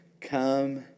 Come